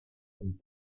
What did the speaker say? und